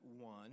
one